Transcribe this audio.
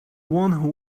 one